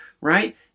right